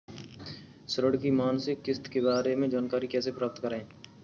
ऋण की मासिक किस्त के बारे में जानकारी कैसे प्राप्त करें?